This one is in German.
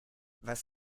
was